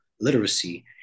literacy